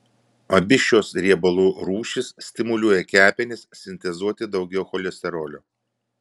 abi šios riebalų rūšys stimuliuoja kepenis sintezuoti daugiau cholesterolio